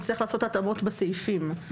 נצטרך לעשות התאמות בסעיפים.